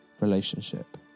relationship